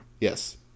Yes